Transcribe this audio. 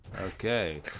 Okay